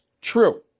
True